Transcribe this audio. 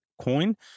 coin